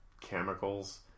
chemicals